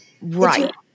Right